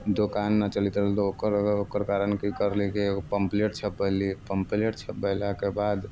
दोकान नहि चलैत रहल तऽ ओकर कारण कि करली कि एगो पम्फलेट छपबैली पम्फलेट छपबेलाके बाद